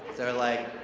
so we're like,